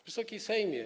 Wysoki Sejmie!